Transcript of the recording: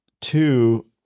two